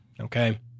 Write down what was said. Okay